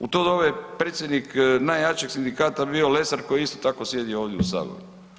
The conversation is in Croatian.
U to doba je predsjednik najjačeg sindikata bio Lesar koji je isto tako sjedio ovdje u saboru.